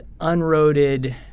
unroded